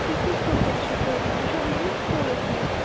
تُہۍ کتہِ سکوٗل چھو پران تُہۍ چھِوٕ میٲنِس سُکولَس مَنٛز